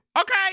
Okay